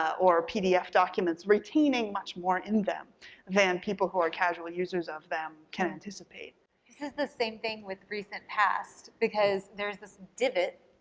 or pdf documents retaining much more in them than people who are casual users of them can anticipate. this is the same thing with recent past because there's this divot,